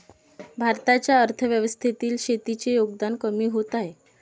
भारताच्या अर्थव्यवस्थेतील शेतीचे योगदान कमी होत आहे